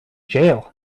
jail